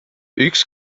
üks